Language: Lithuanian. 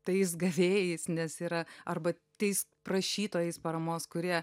tais gavėjais nes yra arba tais prašytojais paramos kurie